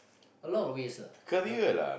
a long of ways ah